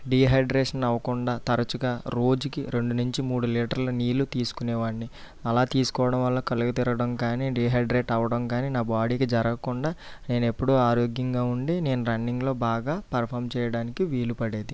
dehydration అవ్వకుండా తరచుగా రోజుకి రెండు నుంచి మూడు లీటర్ల నీళ్ళు తీసుకునేవాడ్ని అలా తీసుకోవడం వల్ల కళ్ళు తిరగడం కానీ డిహైడ్రేట్ అవ్వడం కానీ నా బాడీకి జరగకుండా నేనెప్పుడు ఆరోగ్యంగా ఉండి నేను రన్నింగ్లో బాగా పర్ఫార్మ్ చేయడానికి వీలు పడేది